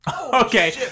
Okay